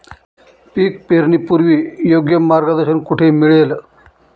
पीक पेरणीपूर्व योग्य मार्गदर्शन कुठे मिळेल?